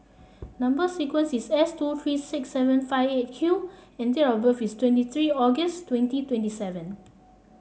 number sequence is S two three six seven five Eight Q and date of birth is twenty three August twenty twenty seven